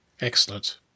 excellent